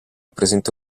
presente